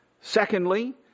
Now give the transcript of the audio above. Secondly